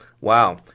Wow